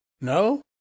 no